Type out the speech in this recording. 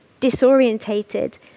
disorientated